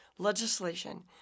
legislation